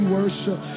worship